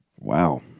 Wow